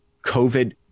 COVID